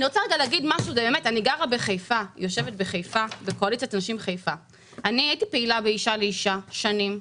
אני גרה בחיפה והייתי פעילה באישה לאישה שנים,